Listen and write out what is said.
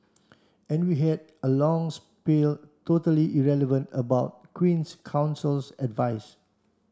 and we had a long spiel totally irrelevant about the Queen's Counsel's advice